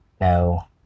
No